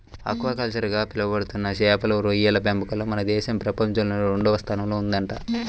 aquaculture గా పిలవబడుతున్న చేపలు, రొయ్యల పెంపకంలో మన దేశం ప్రపంచంలోనే రెండవ స్థానంలో ఉందంట